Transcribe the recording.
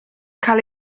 cael